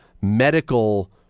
medical